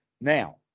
now